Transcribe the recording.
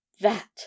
That